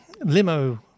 Limo